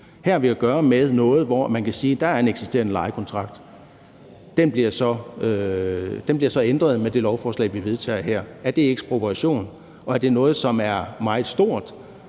Her har vi at gøre med noget, hvor man kan sige, at der er en eksisterende lejekontrakt. Den bliver så ændret med det lovforslag, vi vedtager her. Er det ekspropriation? Og er det noget, som er meget stort